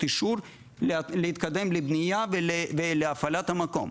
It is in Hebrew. אישור להתקדם לבנייה ולהפעלת המקום.